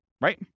Right